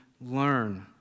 learn